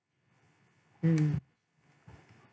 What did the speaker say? mm